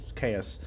chaos